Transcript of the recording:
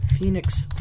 Phoenix